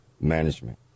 management